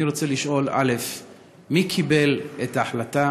אני רוצה לשאול: 1. מי קיבל את ההחלטה